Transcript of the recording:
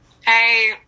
Hey